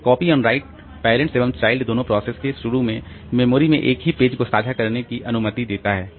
तो copy on write parents एवं child दोनों प्रोसेस को शुरू में मेमोरी में एक ही पेज को साझा करने की अनुमति देता है